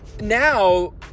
now